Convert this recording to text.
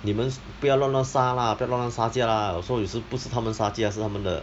你们不要乱乱杀 lah 不要乱乱杀价 lah 有时侯也是不是他们杀价是他们的